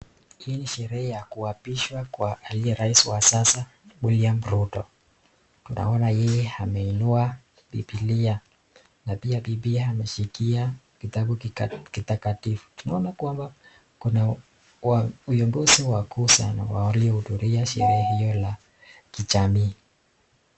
Hii ni sherehe ya kuapisha kwa aliye rais wa sasa William Ruto, tunaona yeye ameinua bibilia na pia bibi ameshikilia kitabu kitakatifu, tunaona kwamba kuna viongozi wakuu sana waliohudhuria sherehe hiyo la kijamii.